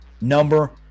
number